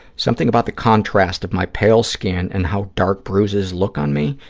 something about the contrast of my pale skin and how dark bruises look on me,